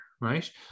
right